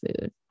food